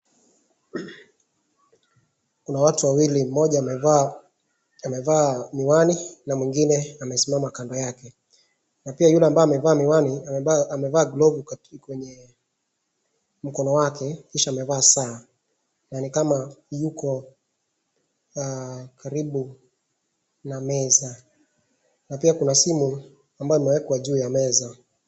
Kuna watu wawili mmoja amevaa miwani na mwingine amesimama kando yake. Na pia yule amevaa miwani amevaa glovu kwenye mkono wake kisha amevaa saa na ni kama yuko karibu na meza na pia kuna simu ambayo imewekwa juu ya meza.